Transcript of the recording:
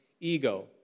ego